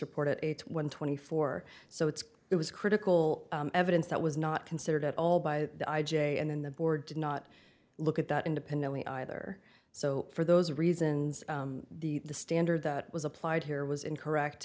report at one twenty four so it's it was critical evidence that was not considered at all by the i j a and then the board did not look at that independently either so for those reasons the standard that was applied here was incorrect